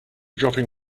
dropping